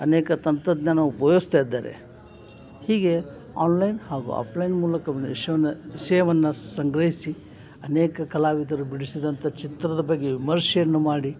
ಅನೇಕ ತಂತ್ರಜ್ಞಾನ ಉಪಯೋಗಿಸ್ತಾ ಇದ್ದಾರೆ ಹೀಗೆ ಆನ್ಲೈನ್ ಹಾಗೂ ಆಫ್ಲೈನ್ ಮೂಲಕ ಒಂದು ವಿಷ್ಯವನ್ನು ವಿಷಯವನ್ನ ಸಂಗ್ರಹಿಸಿ ಅನೇಕ ಕಲಾವಿದರು ಬಿಡಿಸಿದಂಥ ಚಿತ್ರದ ಬಗ್ಗೆ ವಿಮರ್ಶೆಯನ್ನು ಮಾಡಿ